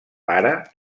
pare